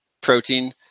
protein